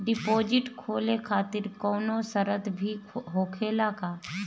Deposit खोले खातिर कौनो शर्त भी होखेला का?